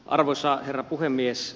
arvoisa herra puhemies